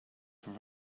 for